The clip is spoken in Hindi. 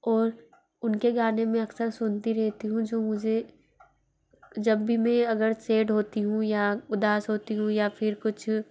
और उनके गाने में अक्सर सुनती रहती हूँ जो मुझे जब भी में अगर सेड होती हूँ या उदास होती हूँ या फिर कुछ